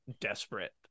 desperate